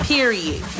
Period